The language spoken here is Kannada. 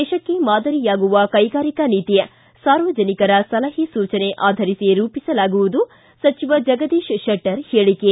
ದೇಶಕ್ಕೇ ಮಾದರಿಯಾಗುವ ಕೈಗಾರಿಕಾ ನೀತಿ ಸಾರ್ವಜನಿಕರ ಸಲಹೆ ಸೂಚನೆ ಆಧರಿಸಿ ರೂಪಿಸಲಾಗುವುದು ಸಚಿವ ಜಗದೀಶ್ ಶೆಟ್ಟರ್ ಹೇಳಿಕೆ